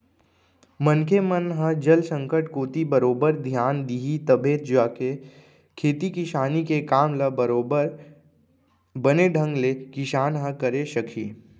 मनखे मन ह जल संकट कोती बरोबर धियान दिही तभे जाके खेती किसानी के काम ल बरोबर बने ढंग ले किसान ह करे सकही